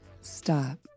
stop